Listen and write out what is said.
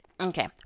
Okay